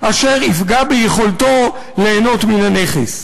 אשר יפגע ביכולתו ליהנות מהנכס".